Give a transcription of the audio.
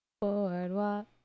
Boardwalk